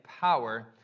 power